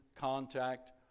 contact